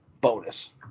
bonus